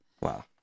wow